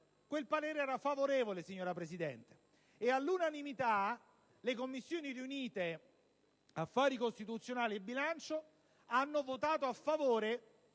quel parere era favorevole, signora Presidente, e all'unanimità le Commissioni riunite affari costituzionali e bilancio hanno votato a favore